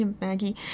Maggie